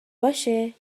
باشه